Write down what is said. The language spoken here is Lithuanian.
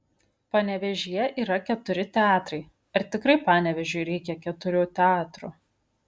panevėžyje yra keturi teatrai ar tikrai panevėžiui reikia keturių teatrų